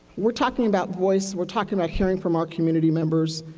we are talking about voice. we are talking about hearing from our community members.